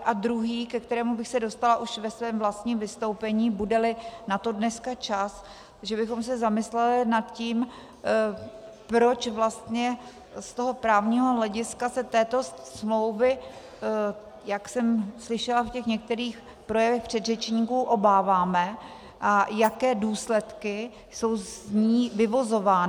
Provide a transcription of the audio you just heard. A druhý, ke kterému bych se dostala už ve svém vlastním vystoupení, budeli na to dneska čas, že bychom se zamysleli nad tím, proč vlastně z toho právního hlediska se této smlouvy, jak jsem slyšela v těch některých projevech předřečníků, obáváme a jaké důsledky jsou z ní vyvozovány.